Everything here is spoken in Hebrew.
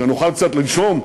שנוכל קצת לנשום?